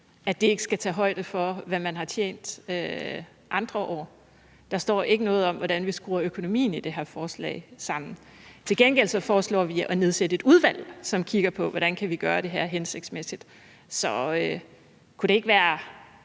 at der ikke skal tages højde for, hvad man har tjent i andre år. Der står ikke noget om, hvordan vi skruer økonomien i det her forslag sammen. Til gengæld foreslår vi at nedsætte et udvalg, som skal kigge på, hvordan vi kan gøre det her hensigtsmæssigt. Så kunne det ikke være